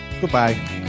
Goodbye